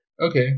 okay